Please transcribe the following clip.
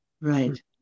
Right